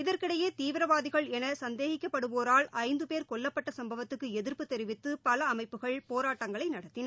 இதற்கிடையே தீவிரவாதிகள் என சந்தேகிக்கப்படுவோரால் ஐந்து பேர் கொல்லப்பட்ட சம்பவத்துக்கு எதிர்ப்பு தெரிவித்து பல அமைப்புகள் போராட்டங்களை நடத்தின